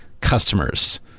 customers